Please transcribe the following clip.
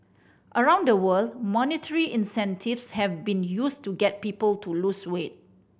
around the world monetary incentives have been used to get people to lose weight